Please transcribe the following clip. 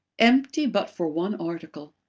empty but for one article.